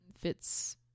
fits